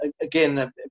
again